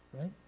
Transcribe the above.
right